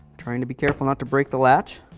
trying to be careful not to break the latch.